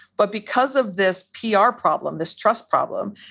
but because of this pr problem, this trust problem,